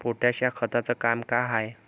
Potash या खताचं काम का हाय?